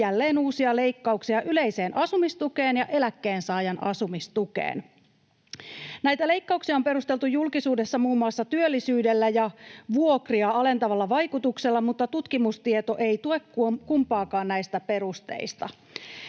jälleen uusia leikkauksia yleiseen asumistukeen ja eläkkeensaajan asumistukeen. Näitä leikkauksia on perusteltu julkisuudessa muun muassa työllisyydellä ja vuokria alentavalla vaikutuksella, mutta tutkimustieto ei tue kumpaakaan näistä perusteista.